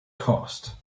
cast